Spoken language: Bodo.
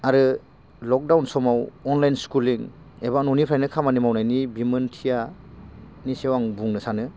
आरो लकडाउन समाव अनलाइन स्कुलिं एबा न'निफ्रायनो खामानि मावनायनि बिमोनथियानि सायाव आं बुंनो सानो